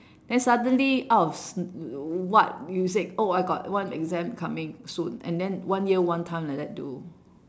then suddenly out of what you said oh I got one exam coming soon and then one year one time like that do